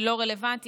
לא רלוונטי.